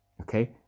Okay